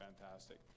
fantastic